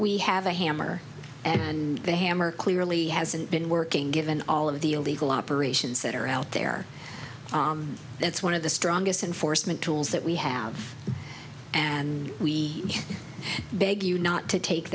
we have a hammer and the hammer clearly hasn't been working given all of the illegal operations that are out there that's one of the strongest enforcement tools that we have and we beg you not to take